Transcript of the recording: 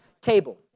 table